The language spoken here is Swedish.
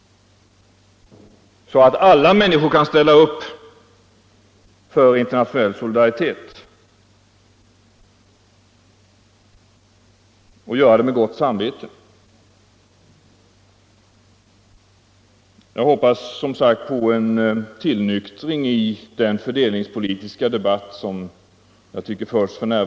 Då kan alla människor ställa upp för internationell solidaritet, och göra det med gott samvete. Jag hoppas, som sagt, på en tillnyktring i den fördelningspolitiska debatt som förs f. n.